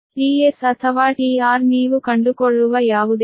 tS ಅಥವಾ tR ನೀವು ಕಂಡುಕೊಳ್ಳುವ ಯಾವುದೇ ಕಡೆ